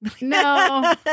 No